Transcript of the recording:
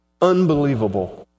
Unbelievable